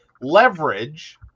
leverage